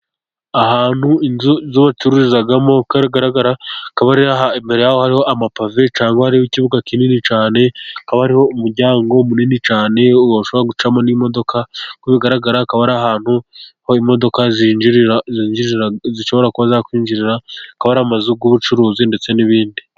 Ahantu, inzu zo bacururizamo. uko bigaragara akaba imbere yaho hariho amapave, cyangwa hariho ikibuga kinini cyane. Hakaba hariho umuryango munini cyane washobora gucamo n'imodoka. Uko bigaragara akaba ari ahantu ho imodoka zishobora kuba zakwinjirira, akaba ari amazu y'ubucuruzi ndetse n'ibindi.